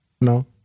No